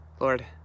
Lord